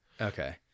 Okay